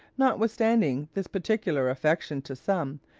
notwithstanding this particular affection to some,